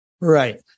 Right